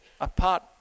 apart